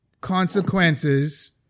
consequences